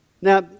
Now